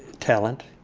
talent.